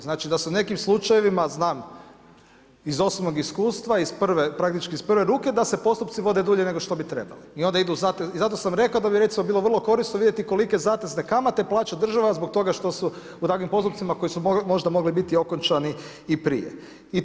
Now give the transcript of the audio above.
Znači, da su u nekim slučajevima, znam iz osobnog iskustva, praktički iz prve ruke, da se postupci vode dulje nego što bi trebali i onda idu i zato sam rekao da bi recimo, bilo vrlo korisno vidjeti kolike zatezne kamate plaća država zbog toga što su u takvim postupcima koji su možda mogli biti okončani i prije.